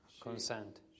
consent